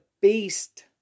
Beast